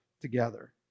together